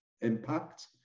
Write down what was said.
impact